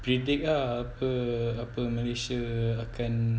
predict ah apa apa yang malaysia akan